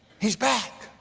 he's back.